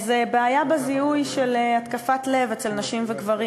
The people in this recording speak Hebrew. זו הבעיה בזיהוי של התקף לב אצל נשים וגברים.